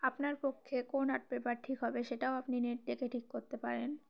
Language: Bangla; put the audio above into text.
আপনার পক্ষে কোন আর্ট পেপার ঠিক হবে সেটাও আপনি নেট দেখে ঠিক করতে পারেন